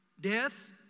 death